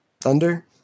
Thunder